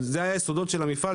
זה היסודות של המפעל,